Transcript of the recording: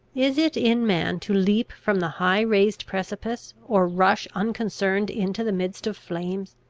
is it in man to leap from the high-raised precipice, or rush unconcerned into the midst of flames?